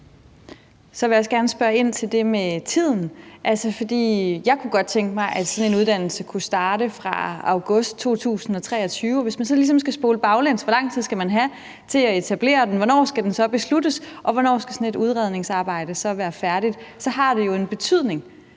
jeg gerne spørge ind til det med tiden, for jeg kunne godt tænke mig, at sådan en uddannelse kunne starte fra august 2023. Hvis man så ligesom skal spole baglæns, i forhold til hvor lang tid man skal have til at etablere den, hvornår den skal besluttes, og hvornår sådan et udredningsarbejde skal være færdigt, så har det jo en betydning,